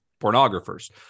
pornographers